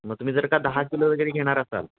मग तुम्ही जर का दहा किलो वगैरे घेणार असाल